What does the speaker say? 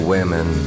Women